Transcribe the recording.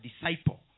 disciple